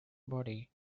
body